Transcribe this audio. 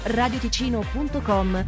radioticino.com